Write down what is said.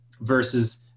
versus